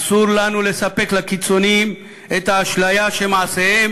אסור לנו לספק לקיצונים את האשליה שמעשיהם